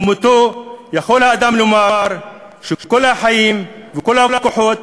ובמותו יוכל האדם לומר שכל החיים וכל הכוחות